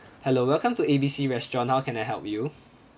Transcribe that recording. hello welcome to A B C restaurant how can I help you